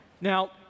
Now